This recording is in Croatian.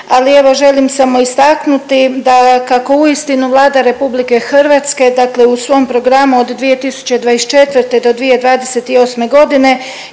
ali evo želim samo istaknuti da kako uistinu Vlada RH dakle u svom programu od 2024. do 2028. godine